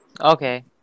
Okay